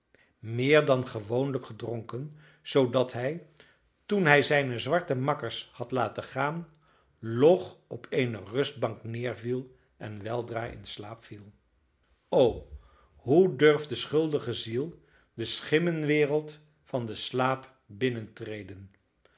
meer dan gewoonlijk gedronken zoodat hij toen hij zijne zwarte makkers had laten gaan log op eene rustbank neerviel en weldra in slaap viel o hoe durft de schuldige ziel de schimmenwereld van den slaap binnentreden